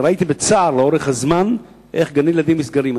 ראיתי, בצער, לאורך הזמן איך גני-ילדים נסגרים.